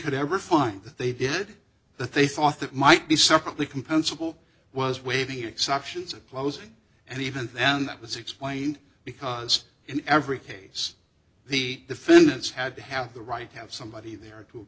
could ever find that they did that they thought it might be separately compensable was waving exceptions and closing and even then that was explained because in every case the defendants had to have the right have somebody there to